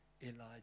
Elijah